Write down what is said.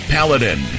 Paladin